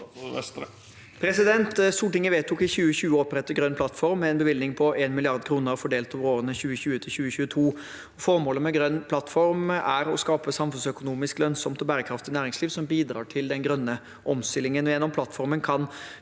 Stortinget vedtok i 2020 å opprette Grønn plattform med en bevilgning på 1 mrd. kr fordelt over årene 2020–2022. Formålet med Grønn plattform er å skape et samfunnsøkonomisk lønnsomt og bærekraftig næringsliv som bidrar til den grønne omstillingen.